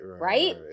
right